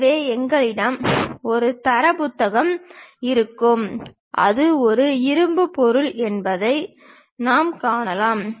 எனவே எங்களிடம் ஒரு தரவு புத்தகம் இருக்கும் அது ஒரு இரும்பு பொருள் என்பதை நாம் காணலாம்